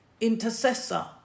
intercessor